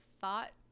thought